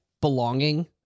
belonging